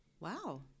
Wow